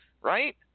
right